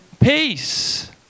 peace